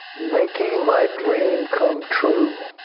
making my dream come true.